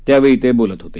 त्यावेळी ते बोलत होते